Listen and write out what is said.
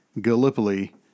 Gallipoli